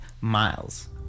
Miles